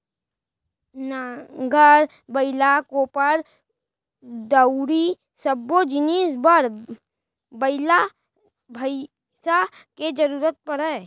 नांगर, बइला, कोपर, दउंरी सब्बो जिनिस बर बइला भईंसा के जरूरत परय